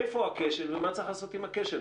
היכן